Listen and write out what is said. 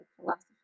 philosophy